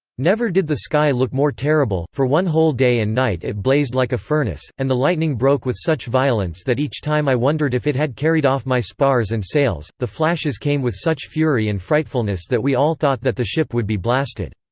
never did the sky look more terrible for one whole day and night it blazed like a furnace, and the lightning broke with such violence that each time i wondered if it had carried off my spars and sails the flashes came with such fury and frightfulness that we all thought that the ship would be blasted.